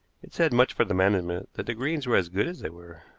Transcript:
it said much for the management that the greens were as good as they were.